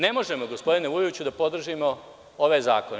Ne možemo gospodine Vujoviću da podržimo ove zakone.